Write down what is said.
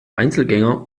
einzelgänger